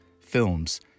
films